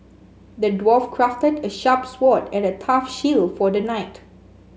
the dwarf crafted a sharp sword and a tough shield for the knight